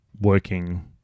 working